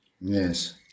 Yes